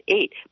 eight